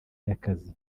y’akazi